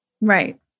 Right